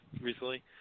recently